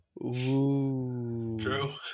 true